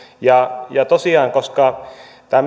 ja ja tosiaan koska tämä